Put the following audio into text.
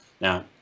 now